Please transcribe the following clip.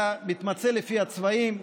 אתה מתמצא לפי הצבעים,